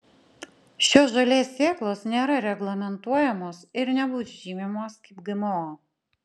šios žolės sėklos nėra reglamentuojamos ir nebus žymimos kaip gmo